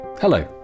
Hello